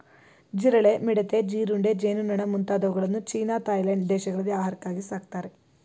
ಜಿರಳೆ, ಮಿಡತೆ, ಜೀರುಂಡೆ, ಜೇನುನೊಣ ಮುಂತಾದವುಗಳನ್ನು ಚೀನಾ ಥಾಯ್ಲೆಂಡ್ ದೇಶಗಳಲ್ಲಿ ಆಹಾರಕ್ಕಾಗಿ ಸಾಕ್ತರೆ